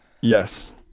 Yes